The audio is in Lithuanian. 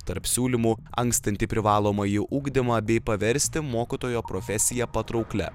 tarp siūlymų ankstinti privalomąjį ugdymą bei paversti mokytojo profesiją patrauklia